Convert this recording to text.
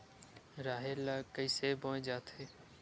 राहेर ल कइसे बोय जाथे?